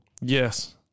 Yes